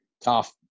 Tough